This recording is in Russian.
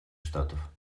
штатов